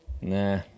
Nah